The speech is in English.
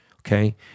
okay